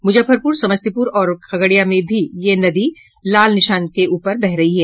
मुजफ्फरपुर समस्तीपुर और खगड़िया मे भी यह नदी लाल निशान से ऊपर बह रही है